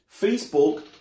Facebook